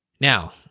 Now